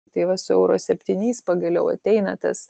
tai va su euro septyniais pagaliau ateina tas